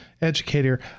educator